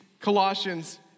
Colossians